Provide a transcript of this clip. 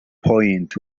point